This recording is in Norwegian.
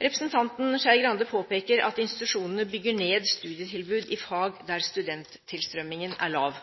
Representanten Trine Skei Grande påpeker at institusjonene bygger ned studietilbud i fag der studenttilstrømningen er lav.